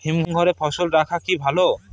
হিমঘরে ফসল রাখা কি ভালো?